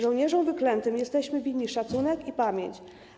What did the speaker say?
Żołnierzom wyklętym jesteśmy winni szacunek i pamięć.